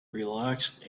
relaxed